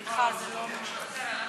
סליחה, זה לא ממלכתי כל כך.